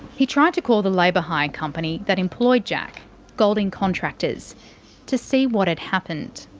he tried to call the labour hire company that employed jack golding contractors to see what had happened.